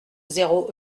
zéro